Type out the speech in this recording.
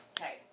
Okay